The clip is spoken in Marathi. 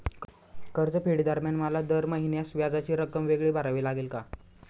कर्जफेडीदरम्यान मला दर महिन्यास व्याजाची रक्कम वेगळी भरावी लागेल का?